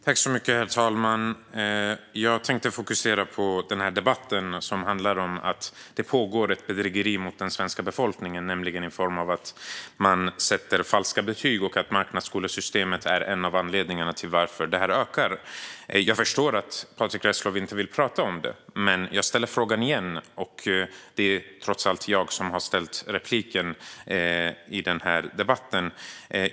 Herr talman! Jag tänkte fokusera på den här debatten, som handlar om att det pågår ett bedrägeri mot den svenska befolkningen i form av falska betyg. Marknadsskolesystemet är en av anledningarna till att detta ökar. Jag förstår att Patrick Reslow inte vill tala om det. Men jag ställer frågan igen. Det är trots allt jag som har begärt den här repliken.